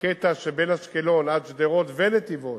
בקטע שבין אשקלון עד שדרות ונתיבות,